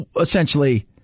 essentially